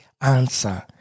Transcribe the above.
answer